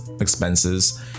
expenses